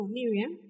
Miriam